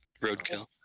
roadkill